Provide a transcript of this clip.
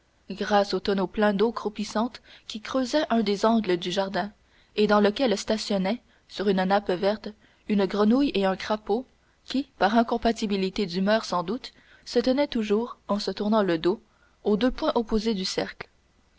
grâce au tonneau plein d'eau croupissante qui creusait un des angles du jardin et dans lequel stationnaient sur une nappe verte une grenouille et un crapaud qui par incompatibilité d'humeur sans doute se tenaient toujours en se tournant le dos aux deux points opposés du cercle